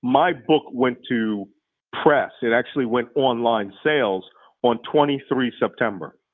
my book went to press. it actually went online sales on twenty three september.